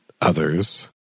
others